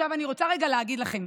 אני רוצה רגע להגיד לכם,